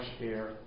air